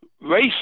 Race